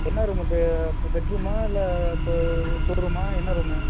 என்ன ரூம் இது ப பெட்ரூமா இல்லை ஷோரூமா என்னா ரூம்மு